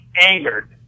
Angered